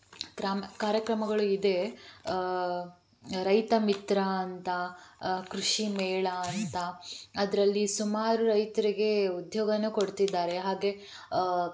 ಗ್ರಾಮ ಕಾರ್ಯಕ್ರಮಗಳು ಇದೆ ರೈತ ಮಿತ್ರ ಅಂತ ಕೃಷಿ ಮೇಳ ಅಂತ ಅದರಲ್ಲಿ ಸುಮಾರು ರೈತರಿಗೆ ಉದ್ಯೋಗವೂ ಕೊಡ್ತಿದ್ದಾರೆ ಹಾಗೆ